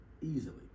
easily